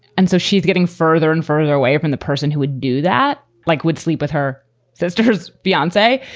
and so she's getting further and further away from the person who would do that, like would sleep with her sister, who's beyond say.